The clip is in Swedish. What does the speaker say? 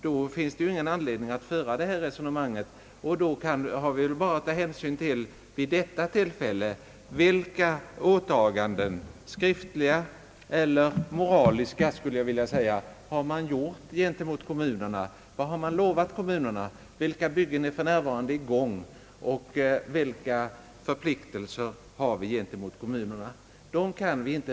Då finns det ingen anledning att föra detta resonemang, utan då har vi bara att vid detta tillfälle ta hänsyn till vilka åtaganden, skriftliga eller moraliska skulle jag vilja säga, man gjort gentemot kommunerna. Vad har man lovat kommunerna? Vilka byggen är för närvarande i gång, och vilka förpliktelser har vi gentemot kommunerna?